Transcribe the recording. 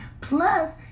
Plus